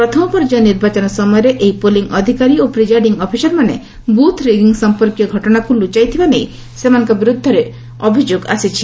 ପ୍ରଥମ ପର୍ଯ୍ୟାୟ ନିର୍ବାଚନ ସମୟରେ ଏହି ପୋଲିଂ ଅଧିକାରୀ ଓ ପ୍ରିଜାଇଡିଂ ଅଫିସରମାନେ ବୁଥ ରିଗିଂ ସମ୍ପର୍କୀୟ ଘଟଣାକୁ ଲୁଚାଇଥିବା ନେଇ ସେମାନଙ୍କ ବିରୁଦ୍ଧରେ ଅଭିଯୋଗ ଆସିଛି